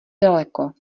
daleko